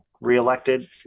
reelected